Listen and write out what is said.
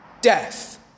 Death